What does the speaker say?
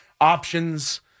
options